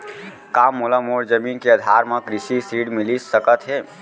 का मोला मोर जमीन के आधार म कृषि ऋण मिलिस सकत हे?